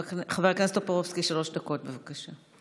חבר הכנסת טופורובסקי, שלוש דקות, בבקשה.